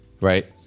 right